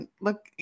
look